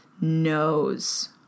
knows